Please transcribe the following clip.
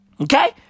Okay